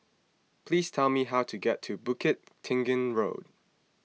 please tell me how to get to Bukit Tinggi Road